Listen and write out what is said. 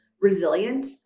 resilient